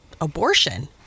abortion